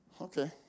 Okay